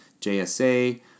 JSA